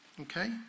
Okay